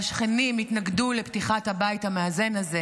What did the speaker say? והשכנים התנגדו לפתיחת הבית המאזן הזה,